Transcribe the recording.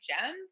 gems